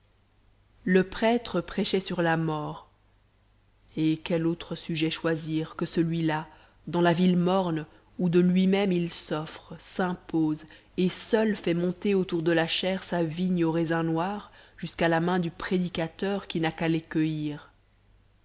le prêtre prêchait sur la mort et quel autre sujet choisir que celui-là dans la ville morne où de lui-même il s'offre s'impose et seul fait monter autour de la chaire sa vigne aux raisins noirs jusqu'à la main du prédicateur qui n'a qu'à les cueillir